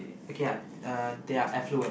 okay lah uh they're affluent